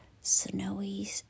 snowy